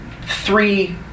three